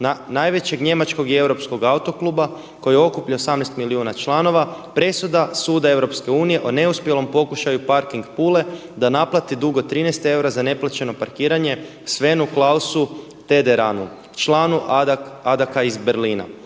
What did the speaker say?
najvećeg njemačkog i europskog autokluba koji okuplja 18 milijuna članova. Presuda Suda Europske unije o neuspjelom pokušaju Parking Pule da naplati dug od 13 eura za neplaćeno parkiranje Svenu Klausu Tederanu, članu Adaca iz Berlina.